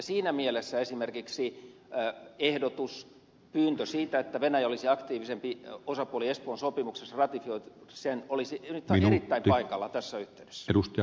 siinä mielessä esimerkiksi ehdotuspyyntö siitä että venäjä olisi aktiivisempi osapuoli espoon sopimuksessa ja ratifioisi sen olisi nyt erittäin paikallaan tässä yhteydessä